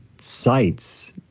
sites